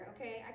okay